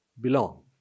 belong